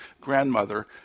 grandmother